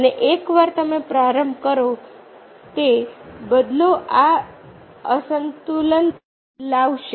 અને એકવાર તમે પ્રારંભ કરો તે બદલો આ અસંતુલન લાવશે